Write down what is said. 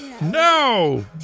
No